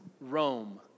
Rome